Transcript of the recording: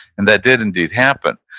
and that did indeed happen.